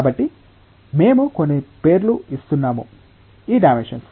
కాబట్టి మేము కొన్ని పేర్లు ఇస్తున్నాము ఈ డైమెన్షన్స్